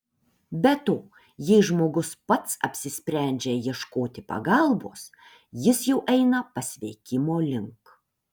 be to jei žmogus pats apsisprendžia ieškoti pagalbos jis jau eina pasveikimo link